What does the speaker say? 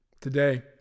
today